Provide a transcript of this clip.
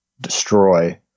destroy